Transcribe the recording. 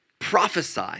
prophesy